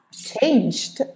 changed